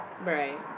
Right